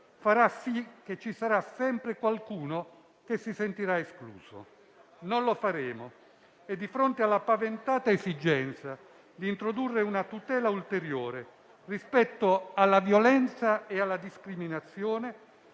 farà sì che ci sarà sempre qualcuno che si sentirà escluso. Ma non lo faremo. Di fronte alla paventata esigenza di introdurre una tutela ulteriore rispetto alla violenza e alla discriminazione